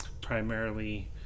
primarily